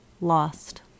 Lost